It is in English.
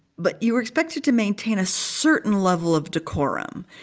but you were expected to maintain a certain level of decorum.